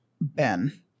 Ben